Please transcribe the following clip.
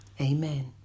Amen